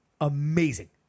amazing